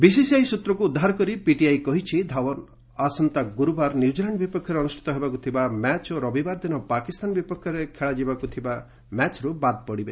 ବିସିସିଆଇର ସୃତ୍ରକୁ ଉଦ୍ଧାର କରି ପିଟିଆଇ କହିଛି ଧଓ୍ୱନ ଆସନ୍ତା ଗୁରୁବାର ନ୍ୟୁଜିଲାଣ୍ଡ ବିପକ୍ଷରେ ଅନୁଷ୍ଠିତ ହେବାକୁ ଥିବା ମ୍ୟାଚ ଓ ରବିବାର ଦିନ ପାକିସ୍ତାନ ବିପକ୍ଷରେ ଖେଳାଯିବାକୁ ଥିବା ମ୍ୟାଚକୁ ବାଦ୍ ପଡିବେ